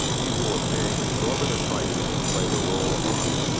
people were paying exorbitant prices to play the role of a hunter.